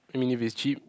and if it's cheap